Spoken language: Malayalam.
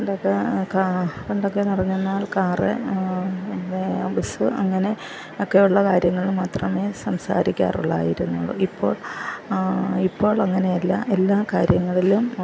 പണ്ടൊക്കെ പണ്ടൊക്കെ എന്ന് പറഞ്ഞെന്നാൽ കാറ് പിന്നെ ബസ് അങ്ങനെ ഒക്കെയുള്ള കാര്യങ്ങൾ മാത്രമേ സംസാരിക്കാറുള്ളായിരുന്നു ഇപ്പോൾ ഇപ്പോൾ അങ്ങനെയല്ല എല്ലാ കാര്യങ്ങളിലും